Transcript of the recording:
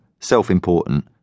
self-important